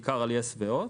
בעיקר על יס והוט.